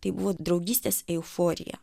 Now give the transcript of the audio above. tai buvo draugystės euforija